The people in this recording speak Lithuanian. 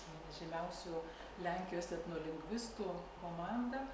vienas žymiausių lenkijos etnolingvistų komanda